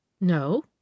No